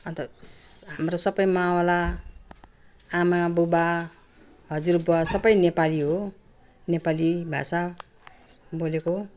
अनि त इस् हाम्रो सबै मावल आमा बुबा हजुरबुवा सबै नेपाली हो नेपाली भाषा बोलेको